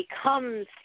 becomes